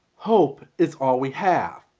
hope is all we have.